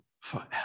forever